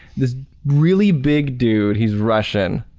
this really big dude, he's russian,